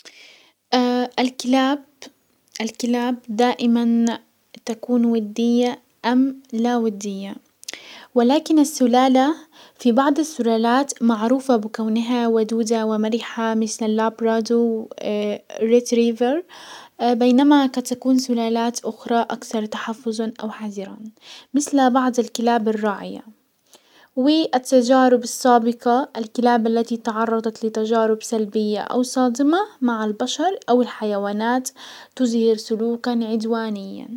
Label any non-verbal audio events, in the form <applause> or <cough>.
<hesitation> الكلاب-الكلاب دائما تكون ودية ام لاودية؟ ولكن السلالة في بعض السلالات معروفة بكونها ودودة ومرحة مثل <hesitation> لابرادو ريتريفر <hesitation> بينما قد تكون سلالات اخرى اكثر تحفزا او حذرا مسل بعض الكلاب الراعية والتجارب السابقة الكلاب التي تعرضت لتجارب سلبية او صادمة مع البشر او الحيوانات تزهر سلوكا عدواني.